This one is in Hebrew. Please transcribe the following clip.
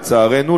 לצערנו,